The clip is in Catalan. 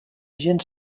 gent